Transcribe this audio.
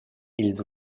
ils